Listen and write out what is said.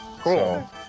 cool